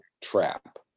trap